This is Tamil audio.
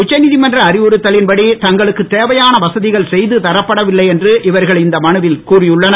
உச்சநீதிமன்ற அறிவுறுத்தல் படி தங்களுக்கு தேவையான வசதிகள் செய்து தரப்படவில்லை என்று இவர்கள் இந்த மனுவில் கூறியுள்ளனர்